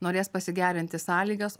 norės pasigerinti sąlygas